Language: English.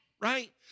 right